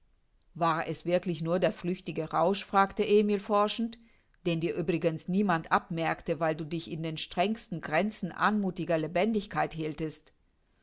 war es wirklich nur der flüchtige rausch fragte emil forschend den dir übrigens niemand abmerkte weil du dich in den strengsten grenzen anmuthiger lebendigkeit hieltest